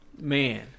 man